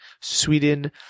Sweden